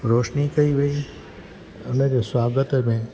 रोशिनी कई वेई हुन जे स्वागत में